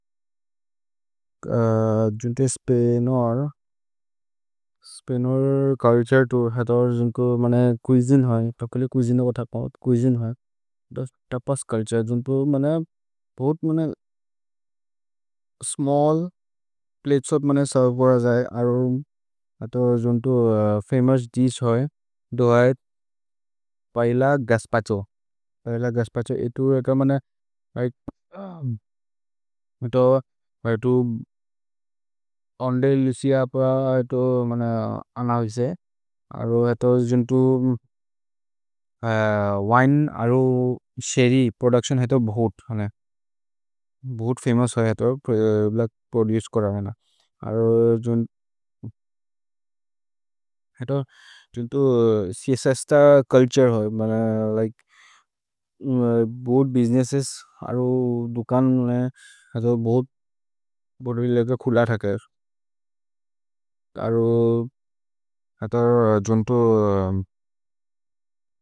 जुन्ते स्पेनोअर् स्पेनोअर् चुल्तुरे तु हत ओर् जुन्तो मने चुइसिन् है, प्रकेले चुइसिन् ओथ कौत् चुइसिन् है। तपस् चुल्तुरे जुन्तो मने भोत् मने स्मल्ल् प्लतेस् ओफ् मने सेर्व्वरज् है, अरुम्, हत जुन्तो फमोउस् दिश् है, दो है पैल गस्पछो। पैल गस्पछो एतु एक मने रिघ्त्, एतो, एतो, अन्देर् लुचिअ प्र एतो, मने अनविसे, अरुम्, हत जुन्तो विने अरुम्, शेर्र्य् प्रोदुच्तिओन् हत भोत्, मने, भोत् फमोउस् होइ हत, प्रोदुचे कोरमेने। अरुम्, जुन्तो, जुन्तो, छ्स्स् त चुल्तुरे होइ, मने, लिके, भोत् बुसिनेस्सेस्, अरुम्, दुकन् मने, हत भोत्, भोरि लग्र खुल थकर्। अरुम्, हत जुन्तो,।